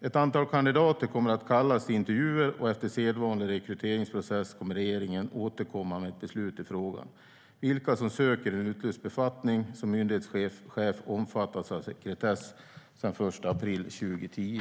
Ett antal kandidater kommer att kallas till intervjuer och efter sedvanlig rekryteringsprocess kommer regeringen att återkomma med ett beslut i frågan. Vilka som söker en utlyst befattning som myndighetschef omfattas av sekretess sedan den 1 april 2010.